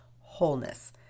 wholeness